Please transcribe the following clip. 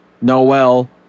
Noel